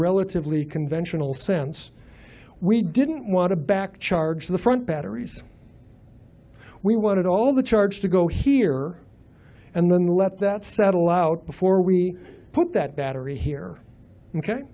relatively conventional sense we didn't want to back to charge the front batteries we wanted all the charge to go here and then let that settle out before we put that battery here ok